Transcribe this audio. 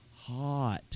hot